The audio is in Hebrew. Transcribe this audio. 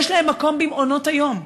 יש להם מקום במעונות היום.